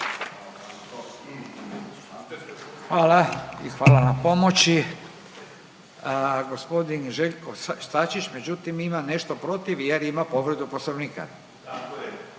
Hvala i hvala na pomoći. Gospodin Željko Sačić, međutim ima nešto protiv jer ima povredu poslovnika.